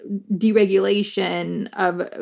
deregulation of,